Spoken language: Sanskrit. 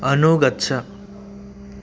अनुगच्छ